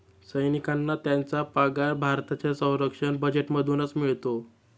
सैनिकांना त्यांचा पगार भारताच्या संरक्षण बजेटमधूनच मिळतो